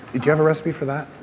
do you have a recipe for that?